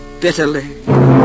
bitterly